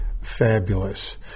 fabulous